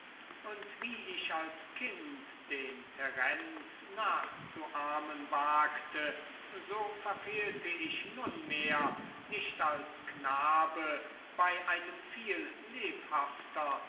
und wie ich als kind den terenz nachzuahmen wagte so verfehlte ich nunmehr nicht als knabe bei einem viel lebhafter